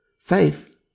faith